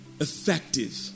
effective